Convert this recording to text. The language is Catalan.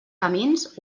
camins